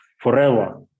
forever